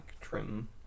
trim